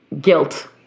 guilt